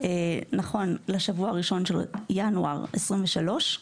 נכון לשבוע הראשון של ינואר 2023,